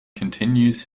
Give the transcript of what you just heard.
continues